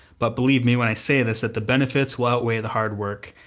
but believe me when i say this, that the benefits will outweigh the hard work,